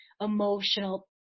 emotional